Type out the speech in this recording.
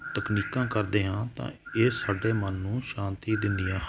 ਤਕਨੀਕਾਂ ਕਰਦੇ ਹਾਂ ਤਾਂ ਇਹ ਸਾਡੇ ਮਨ ਨੂੰ ਸ਼ਾਂਤੀ ਦਿੰਦੀਆਂ ਹ